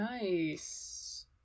Nice